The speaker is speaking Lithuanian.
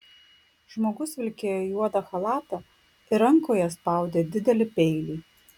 žmogus vilkėjo juodą chalatą ir rankoje spaudė didelį peilį